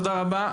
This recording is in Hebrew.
תודה רבה,